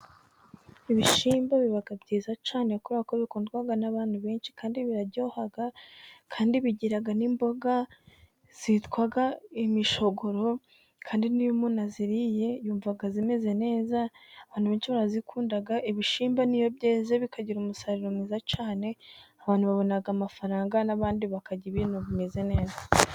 Ibishimbo biba byiza cyane kubera ko bikundwa n'abantu benshi, kandi biraryoha, kandi bigira n'imboga zitwa imishogoro, kandi n'yo umuntu aziriye yumva zimeze neza, abantu benshi barazikunda, ibishyimba n'iyo byeze bikagira umusaruro mwiza cyane, abantu babona amafaranga, n'abandi bakarya ibintu bimeze neza.